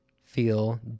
feel